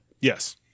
Yes